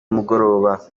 mugoroba